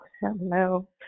Hello